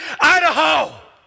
Idaho